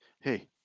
Hey